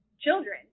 children